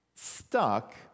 stuck